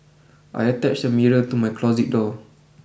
I attached a mirror to my closet door